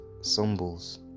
symbols